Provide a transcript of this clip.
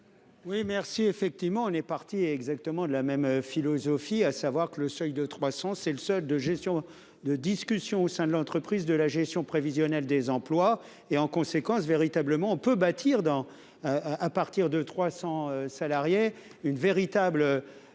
Oui merci effectivement on est parti exactement de la même philosophie, à savoir que le seuil de 300, c'est le seul de gestion de discussions au sein de l'entreprise, de la gestion prévisionnelle des emplois et en conséquence véritablement on peut bâtir dans. À partir de 300 salariés. Une véritable.